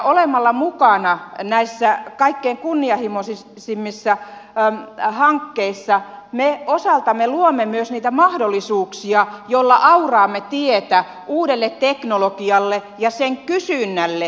olemalla mukana näissä kaikkein kunnianhimoisimmissa hankkeissa me osaltamme luomme myös niitä mahdollisuuksia joilla auraamme tietä uudelle teknologialle ja sen kysynnälle